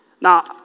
Now